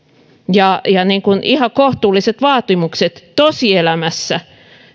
ja ja ihan kohtuulliset vaatimukset tosielämässä